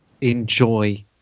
enjoy